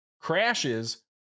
crashes